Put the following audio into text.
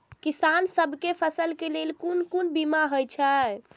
किसान सब के फसल के लेल कोन कोन बीमा हे छे?